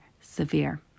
severe